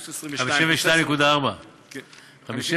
פלוס 22% 52.4. בסדר,